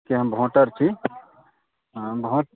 के हम वोटर छी वोट